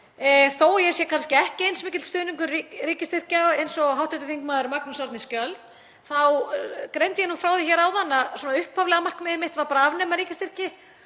að ég sé kannski ekki eins mikill stuðningsmaður ríkisstyrkja eins og hv. þm. Magnús Árni Skjöld þá greindi ég frá því hér áðan að upphaflega markmiðið mitt var að afnema ríkisstyrki,